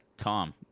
Tom